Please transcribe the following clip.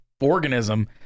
organism